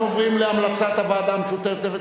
אנחנו עוברים להמלצת הוועדה המשותפת